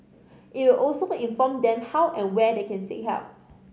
it will also inform them how and where they can seek help